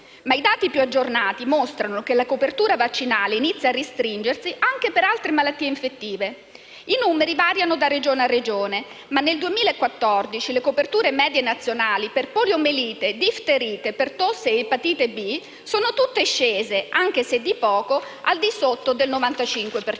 I dati più aggiornati mostrano che la copertura vaccinale inizia a restringersi anche per altre malattie infettive. I numeri variano da Regione a Regione, ma nel 2014 le coperture medie nazionali per poliomelite, difterite, tosse ed epatite b sono tutte scese, anche se di poco, al di sotto del 95